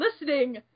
listening